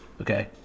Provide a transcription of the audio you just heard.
Okay